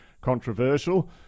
controversial